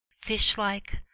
fish-like